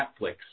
Netflix